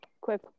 quick